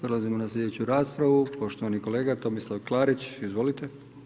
Prelazimo na sljedeću raspravu, poštovani kolega Tomislav Klarić, izvolite.